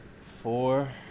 Four